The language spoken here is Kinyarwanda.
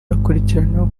akurikiranyweho